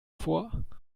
vor